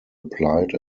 applied